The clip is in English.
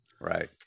Right